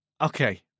Okay